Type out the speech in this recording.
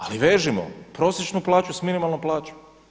Ali vežimo prosječnu plaću s minimalnom plaću.